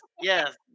yes